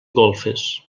golfes